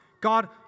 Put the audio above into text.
God